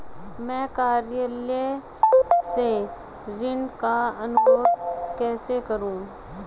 मैं कार्यालय से ऋण का अनुरोध कैसे करूँ?